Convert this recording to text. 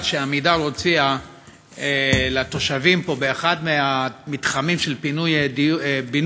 ש"עמידר" הוציאה לתושבים פה באחד מהמתחמים של פינוי-בינוי.